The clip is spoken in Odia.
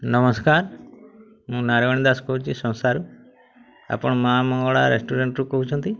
ନମସ୍କାର ମୁଁ ନାରାୟଣୀ ଦାସ କହୁଛି ସଂସାରୁ ଆପଣ ମୁଁ ମଙ୍ଗଳା ରେଷ୍ଟୁରାଣ୍ଟ୍ରୁ କହୁଛନ୍ତି